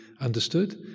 understood